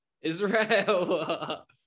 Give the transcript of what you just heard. Israel